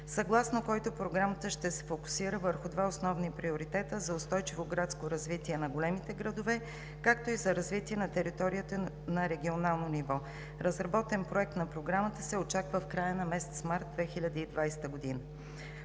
съгласно който Програмата ще се фокусира върху два основни приоритета за устойчиво градско развитие на големите градове, както и за развитие на територията на регионално ниво. Разработен проект на Програмата се очаква в края на месец март 2020 г.